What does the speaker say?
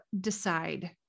decide